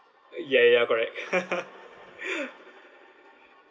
ya ya ya correct